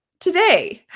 today